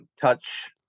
touch